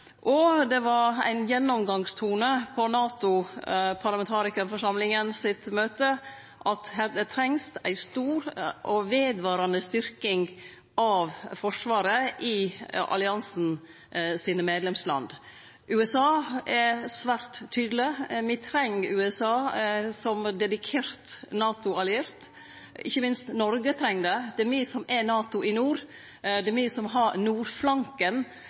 og det var ein gjennomgangstone på NATO-parlamentarikarforsamlinga sitt møte at det trengst ei stor og vedvarande styrking av Forsvaret i alliansen sine medlemsland. USA er svært tydeleg. Me treng USA som dedikert NATO-alliert, ikkje minst Noreg treng det. Det er me som er NATO i nord, det er me som har nordflanken.